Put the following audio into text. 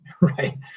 right